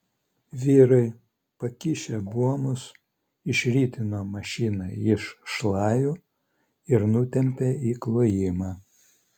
vyrai pakišę buomus išritino mašiną iš šlajų ir nutempė į klojimą